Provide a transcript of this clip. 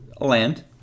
land